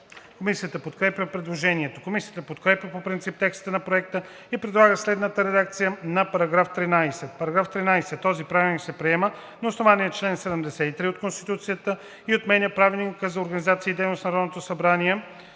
Комисията подкрепя предложението. Комисията подкрепя по принцип текста на Проекта и предлага следната редакция на § 13: „§ 13. Този правилник се приема на основание чл. 73 от Конституцията и отменя Правилника за организацията и дейността на Народното събрание